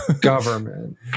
government